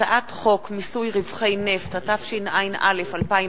הצעת חוק מיסוי רווחי נפט, התשע"א 2011,